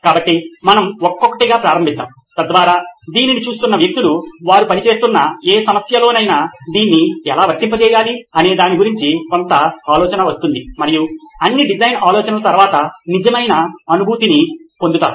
కాబట్టి మనం ఒక్కొక్కటిగా ప్రారంభిద్దాం తద్వారా దీనిని చూస్తున్న వ్యక్తులు వారు పనిచేస్తున్న ఏ సమస్యలోనైనా దీన్ని ఎలా వర్తింపజేయాలి అనేదాని గురించి కొంత ఆలోచన వస్తుంది మరియు అన్ని డిజైన్ ఆలోచనల తర్వాత నిజమైన అనుభూతిని పొందుతారు